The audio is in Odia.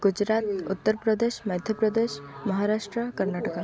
ଗୁଜୁରାଟ ଉତ୍ତରପ୍ରଦେଶ ମଧ୍ୟପ୍ରଦେଶ ମହାରାଷ୍ଟ୍ର କର୍ଣ୍ଣାଟକ